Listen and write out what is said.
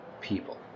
people